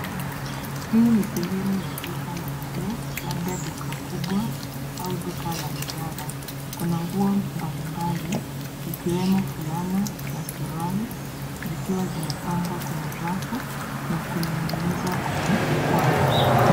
Hii ni sehemu ya duka la nguo, labda duka kubwa au duka la idara. Kuna nguo mbalimbali, ikiwemo fulana na suruali zikiwa zimepangwa kwenye rafu na kuning'inizwa kwenye kamba.